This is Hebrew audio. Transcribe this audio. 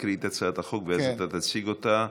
ואז אתה תציג אותה.